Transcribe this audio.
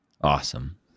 awesome